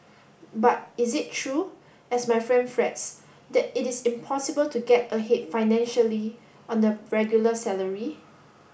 but is it true as my friend frets that it is impossible to get ahead financially on a regular salary